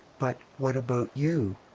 but what about you?